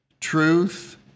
truth